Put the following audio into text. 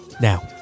now